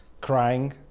crying